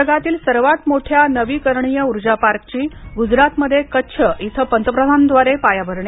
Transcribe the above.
जगातील सर्वात मोठ्या नवीकरणीय ऊर्जा पार्कची गुजरातमध्ये कच्छ इथं पंतप्रधानांद्वारे पायाभरणी